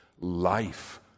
life